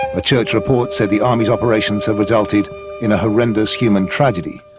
a church report said the army's operations had resulted in a horrendous human tragedy.